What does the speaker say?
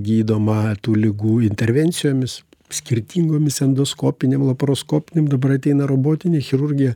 gydoma tų ligų intervencijomis skirtingomis endoskopinėm laparoskopinėm dabar ateina robotinė chirurgija